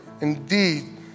indeed